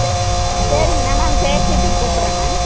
சரி சரிங்க ma'am ma'am பேசிவிட்டு கூப்பிட்றன் மேம்